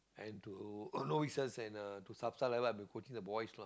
and to I've been coaching the boys lah